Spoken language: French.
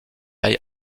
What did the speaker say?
aille